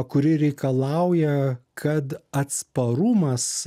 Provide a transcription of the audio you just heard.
kuri reikalauja kad atsparumas